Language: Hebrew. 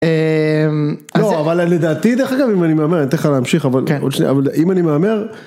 אבל לדעתי דרך אגב אם אני מהמר אני אתן לך להמשיך עוד שניה אם אני מהמר.